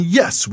yes